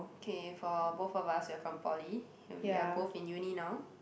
okay for both of us we were from poly and we are both in uni now